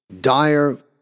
dire